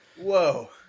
Whoa